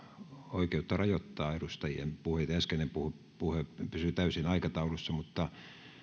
oikeutta rajoittaa edustajien puheita ja äskeinen puhe pysyi täysin aikataulussa mutta